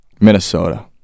Minnesota